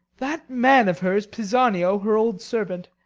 that man of hers, pisanio, her old servant,